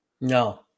No